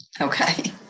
Okay